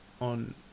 on